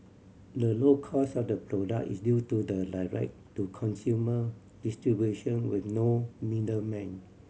the low cost of the product is due to the direct to consumer distribution with no middlemen